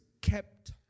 kept